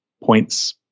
points